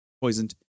poisoned